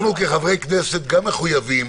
אנחנו כחברי כנסת גם מחויבים